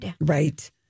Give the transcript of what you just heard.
Right